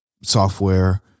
software